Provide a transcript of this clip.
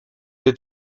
the